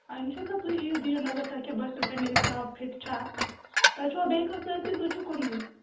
آ اِنشاء اللہ تُہۍ یِیِو دِیِو نَظر تۄہہِ کیٛاہ باسٮ۪و پَنٕنہِ حِساب فِٹ چھا تۅہہِ چھُوا بیٚیہِ کانٛہہ سۭتۍ کِنہٕ تُہۍ چھُو کُنُے